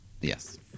Yes